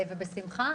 בשמחה,